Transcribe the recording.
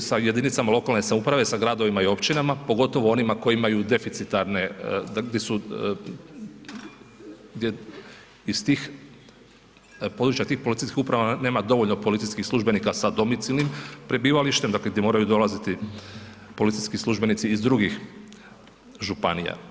sa jedinicama lokalne samouprave, sa gradovima i općinama, pogotovo onima koji deficitarne gdje su, iz tih područja tih policijskih uprava nema dovoljno policijskih službenika sa domicilnim prebivalištem, dakle gdje moraju dolaziti policijski službenici iz drugih županija.